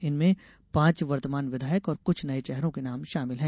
इनमें पांच वर्तमान विधायक और कुछ नये चेहरों के नाम शामिल है